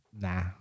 Nah